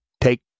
take